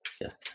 Yes